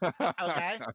Okay